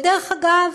ודרך אגב,